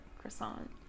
croissant